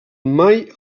mai